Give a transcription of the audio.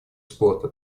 спорта